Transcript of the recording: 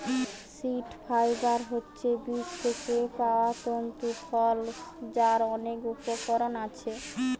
seed fibre হচ্ছে বীজ থিকে পায়া তন্তু ফল যার অনেক উপকরণ আছে